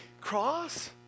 cross